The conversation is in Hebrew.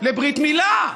לברית מילה.